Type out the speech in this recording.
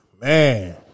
Man